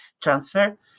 transfer